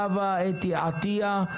חוה אתי עטייה,